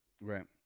Right